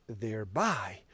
thereby